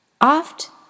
Oft